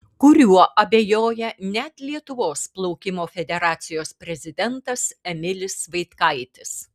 kuriuo abejoja net lietuvos plaukimo federacijos prezidentas emilis vaitkaitis